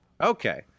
Okay